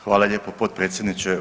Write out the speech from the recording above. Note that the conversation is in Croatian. Hvala lijepo potpredsjedniče.